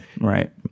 Right